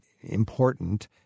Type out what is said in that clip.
important